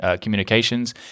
communications